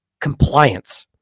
compliance